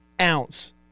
ounce